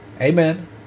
Amen